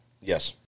Yes